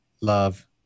love